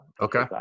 okay